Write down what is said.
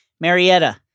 Marietta